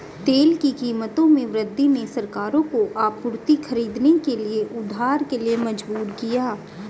तेल की कीमतों में वृद्धि ने सरकारों को आपूर्ति खरीदने के लिए उधार के लिए मजबूर किया